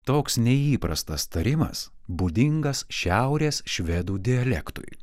toks neįprastas tarimas būdingas šiaurės švedų dialektui